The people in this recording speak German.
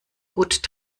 gut